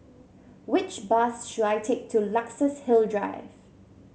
which bus should I take to Luxus Hill Drive